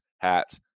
hats